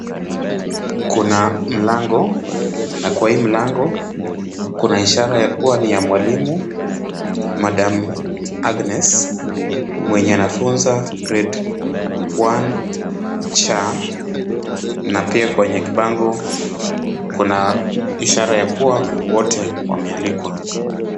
Kuna mlango, na kwa hii mlango kuna ishara ya kuwa ni ya mwalimu Madam Agnes mwenye anafunza grade one C,na pia kwenye kibango kuna ishara ya kuwa wote wamealikwa.